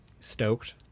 stoked